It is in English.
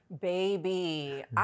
Baby